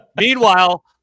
Meanwhile